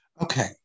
Okay